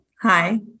Hi